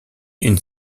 une